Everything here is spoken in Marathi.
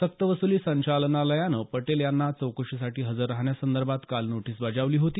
सक्तवसुली संचालनालयानं पटेल यांना चौकशीसाठी हजर राहण्यासंदर्भात काल नोटीस बजावली होती